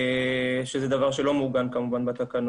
שזה דבר שלא מעוגן בתקנות.